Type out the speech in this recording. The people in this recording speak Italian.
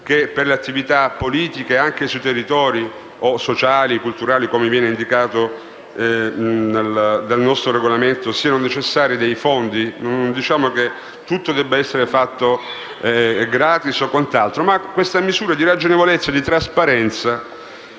che per le attività politiche anche sui territori o per fini sociali e culturali, come viene indicato nel nostro Regolamento, siano necessari dei fondi. Non diciamo che tutto debba essere fatto *gratis*, ma questa misura di ragionevolezza e trasparenza